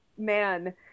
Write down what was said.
Man